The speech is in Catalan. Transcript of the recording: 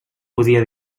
podia